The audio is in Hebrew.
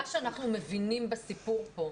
מה שאנחנו מבינים בסיפור פה,